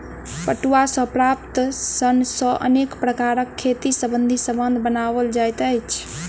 पटुआ सॅ प्राप्त सन सॅ अनेक प्रकारक खेती संबंधी सामान बनओल जाइत अछि